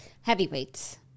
Heavyweights